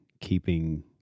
keeping